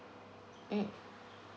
mm